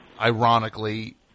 ironically